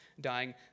dying